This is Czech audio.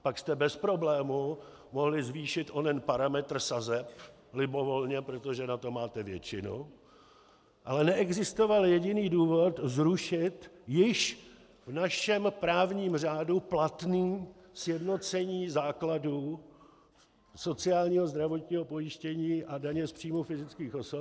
Pak jste bez problému mohli zvýšit onen parametr sazeb, libovolně, protože na to máte většinu, ale neexistoval jediný důvod zrušit již v našem právním řádu platné sjednocení základu sociálního, zdravotního pojištění a daně z příjmu fyzických osob.